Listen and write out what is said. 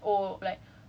and then the last like